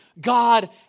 God